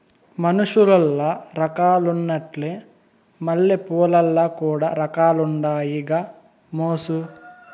మనుసులల్ల రకాలున్నట్లే మల్లెపూలల్ల కూడా రకాలుండాయి గామోసు